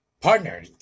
partner